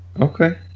Okay